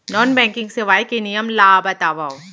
Non banking सेवाएं के नियम ला बतावव?